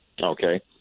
Okay